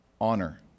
honor